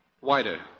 Wider